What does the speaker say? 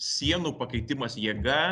sienų pakeitimas jėga